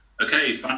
Okay